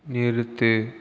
நிறுத்து